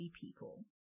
people